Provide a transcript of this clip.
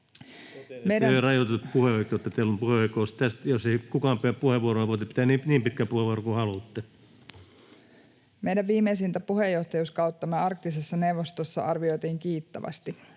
Meidän viimeisintä puheenjohtajuuskauttamme Arktisessa neuvostossa arvioitiin kiittävästi.